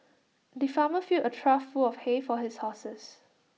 the farmer filled A trough full of hay for his horses